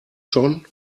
schon